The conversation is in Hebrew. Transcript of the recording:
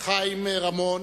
חיים רמון,